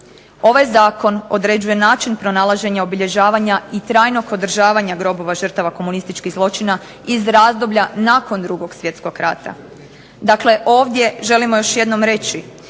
Ovaj zakon određuje način pronalaženja obilježavanja i trajnog održavanja grobova žrtava komunističkih zločina iz razdoblja nakon Drugog svjetskog rata. Dakle, ovdje želimo još jednom reći